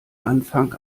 anfang